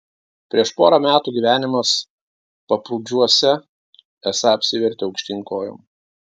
prieš porą metų gyvenimas paprūdžiuose esą apsivertė aukštyn kojom